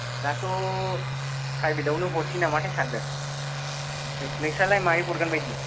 दाथ' प्राइभेथावनो हरसै नामा सानदों नोंसालाय माहाय हरगोन बायदि